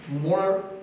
more